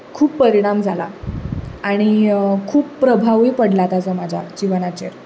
खूब परिणाम जाला आनी खूब प्रभावूय पडला ताचो म्हाज्या जिवनाचेर